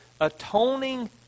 atoning